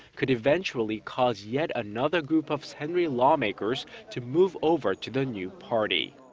could eventually cause yet another group of saenuri lawmakers to move over to the new party.